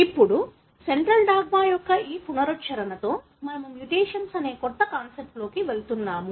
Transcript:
ఇప్పుడు central dogma యొక్క ఈ పునశ్చరణతో మనము మ్యుటేషన్స్ అనే కొత్త కాన్సెప్ట్లోకి వెళ్తున్నాము